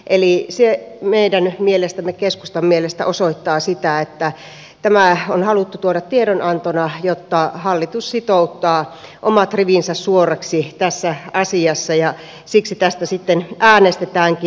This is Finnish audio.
eli se meidän mielestämme keskustan mielestä osoittaa sitä kun tämä on haluttu tuoda tiedonantona että hallitus sitouttaa omat rivinsä suoraksi tässä asiassa ja siksi tästä sitten äänestetäänkin